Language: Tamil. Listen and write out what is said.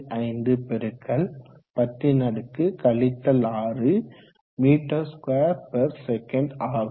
55x10 6 m2sec ஆகும்